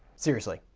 seriously,